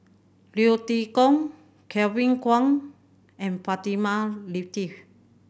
Leo Tee Tong Kevin Kwan and Fatimah Lateef